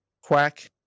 Quack